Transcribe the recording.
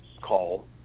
call